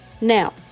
Now